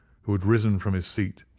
who had risen from his seat.